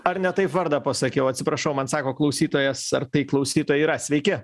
ar ne taip vardą pasakiau atsiprašau man sako klausytojas ar tai klausytoja yra sveiki